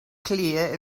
clear